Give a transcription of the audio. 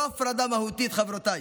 זאת לא הפרדה מהותית, חברותיי,